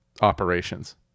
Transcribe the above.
operations